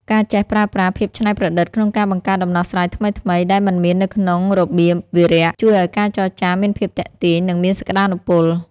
ការចេះប្រើប្រាស់ "ភាពច្នៃប្រឌិត" ក្នុងការបង្កើតដំណោះស្រាយថ្មីៗដែលមិនមាននៅក្នុងរបៀបវារៈ ជួយឱ្យការចរចាមានភាពទាក់ទាញ និងមានសក្ដានុពល។